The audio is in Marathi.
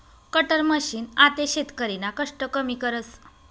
कटर मशीन आते शेतकरीना कष्ट कमी करस